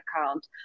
account